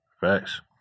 facts